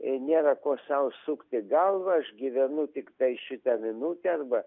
nėra ko sau sukti galvą aš gyvenu tiktai šitą minutę arba